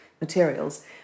materials